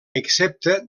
excepte